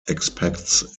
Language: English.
expects